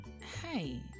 Hey